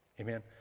Amen